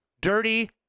dirty